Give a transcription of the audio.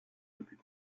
depuis